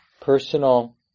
personal